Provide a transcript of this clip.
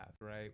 Right